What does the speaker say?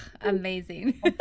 amazing